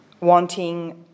wanting